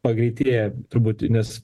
pagreitėja truputį nes